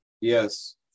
Yes